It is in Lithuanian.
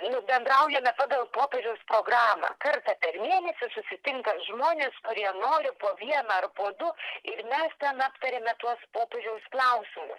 nu bendraujame pagal popiežiaus programą kartą per mėnesį susitinka žmonės kurie nori po vieną ar po du ir mes ten aptariame tuos tpopiežiaus klausimu